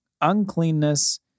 uncleanness